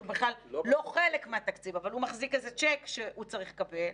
שהוא בכלל לא חלק מהתקציב אבל הוא מחזיק איזה צ'ק שהוא צריך לקבל.